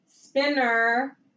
Spinner